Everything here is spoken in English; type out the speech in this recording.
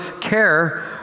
care